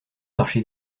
marcher